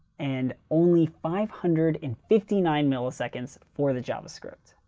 and only five hundred and fifty nine milliseconds for the javascript,